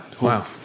wow